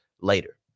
later